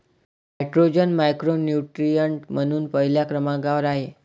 nitrogen macronutrient म्हणून पहिल्या क्रमांकावर आहे